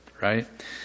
right